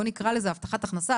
בואו נקרא לזה הבטחת הכנסה,